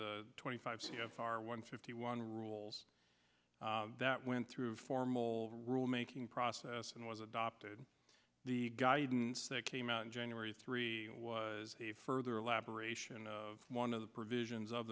the twenty five c f r one fifty one rules that went through formal rule making process and was adopted the guidance that came out in january three was a further elaboration of one of the provisions of